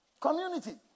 Community